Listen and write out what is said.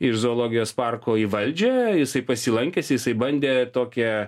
iš zoologijos parko į valdžią jisai pasilankęsir jisai bandė tokią